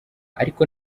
ariko